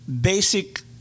basic